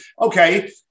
Okay